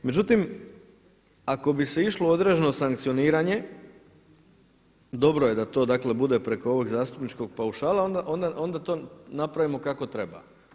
Međutim, ako bi se išlo određeno sankcioniranje dobro je da to dakle bude preko ovog zastupničkog paušala a onda to napravimo kako treba.